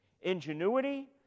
ingenuity